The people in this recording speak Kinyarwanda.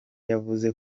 yavuze